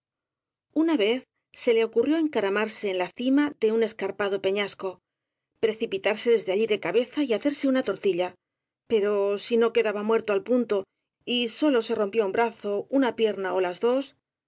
una vez se le ocurrió encaramarse en la cima de un escar pado peñasco precipitarse desde allí de cabeza y hacerse una tortilla pero si no quedaba muerto al punto y sólo se rompía un brazo una pierna ó las dos